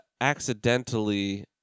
accidentally